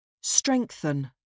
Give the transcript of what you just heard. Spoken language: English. Strengthen